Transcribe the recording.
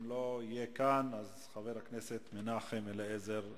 אם הוא לא יהיה כאן, חבר הכנסת מנחם אליעזר מוזס.